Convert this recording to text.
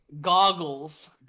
goggles